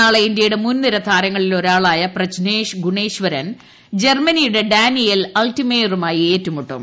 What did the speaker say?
നാളെ ഇന്ത്യയുടെ മുൻനിര താരങ്ങളിലൊരാളായ പ്രജ്നേഷ് ഗുണേശ്വരൻ ജർമ്മനിയുടെ ഡാനിയേൽ അൾട്ടിമെയറുമായി ഏറ്റുമുട്ടും